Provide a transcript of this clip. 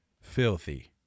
filthy